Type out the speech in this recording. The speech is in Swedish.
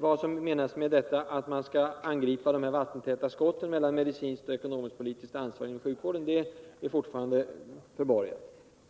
Vad som menas med att man skall angripa de vattentäta skotten mellan medicinskt och ekonomiskt-politiskt ansvar inom sjukvården är fortfarande